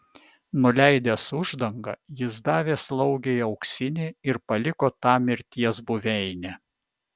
nuleidęs uždangą jis davė slaugei auksinį ir paliko tą mirties buveinę